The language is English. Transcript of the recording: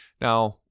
Now